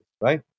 right